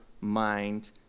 mind